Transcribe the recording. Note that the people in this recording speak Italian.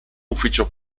ufficio